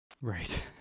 Right